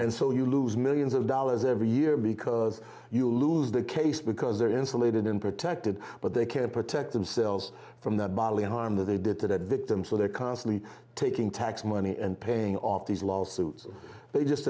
and so you lose millions of dollars every year because you lose the case because they're insulated and protected but they can't protect themselves from the bodily harm that they did to that victim so they're constantly taking tax money and paying off these lawsuits they just